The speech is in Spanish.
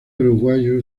uruguayo